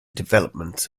development